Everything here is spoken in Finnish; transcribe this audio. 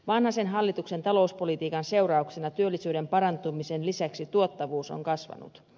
vanhasen hallituksen talouspolitiikan seurauksena työllisyyden parantumisen lisäksi tuottavuus on kasvanut